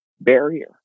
barrier